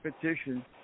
petition